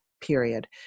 Period